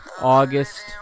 August